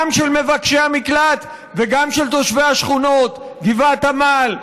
גם של מבקשי המקלט וגם של תושבי השכונות גבעת עמל,